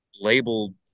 labeled